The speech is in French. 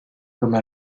comme